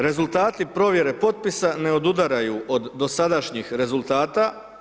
Rezultati provjere potpisa ne odudaraju od dosadašnjih rezultata.